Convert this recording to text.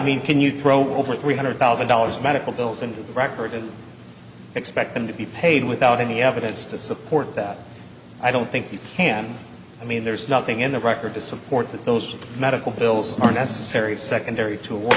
mean can you throw over three hundred thousand dollars of medical bills and record and expect them to be paid without any evidence to support that i don't think you can i mean there's nothing in the record to support those medical bills are necessary secondary to w